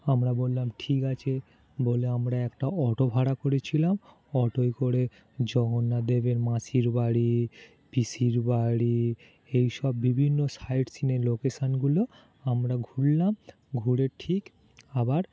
আমরা বললাম ঠিক আছে বলে আমরা একটা অটো ভাড়া করেছিলাম অটোয় করে জগন্নাথদেবের মাসির বাড়ি পিসির বাড়ি এই সব বিভিন্ন সাইড সিনের লোকেশানগুলো আমরা ঘুরলাম ঘুরে ঠিক আবার